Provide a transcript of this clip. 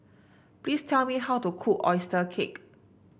please tell me how to cook oyster cake